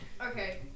Okay